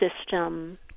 system